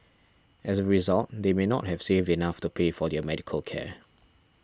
as a result they may not have saved enough to pay for their medical care